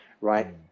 right